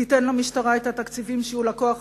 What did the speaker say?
תן למשטרה את התקציבים כדי שיהיו לה כוח